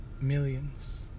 millions